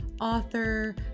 author